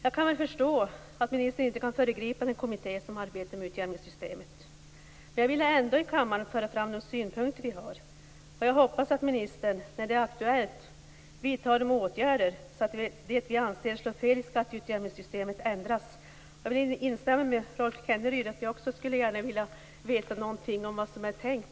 Jag kan förstå att ministern inte kan föregripa den kommitté som arbetar med utjämningssystemet. Men jag ville ändå i kammaren föra fram de synpunkter vi har. Jag hoppas att ministern, när det blir aktuellt, vidtar åtgärder så att det vi anser slagit fel i skatteutjämningssystemet ändras. Jag vill instämma med Rolf Kenneryd, jag skulle också gärna vilja veta någonting om vad som är tänkt.